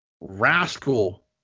Rascal